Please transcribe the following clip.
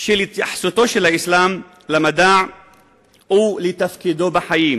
של התייחסותו של האסלאם למדע ולתפקידו בחיים: